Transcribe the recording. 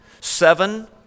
Seven